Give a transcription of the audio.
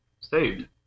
saved